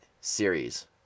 series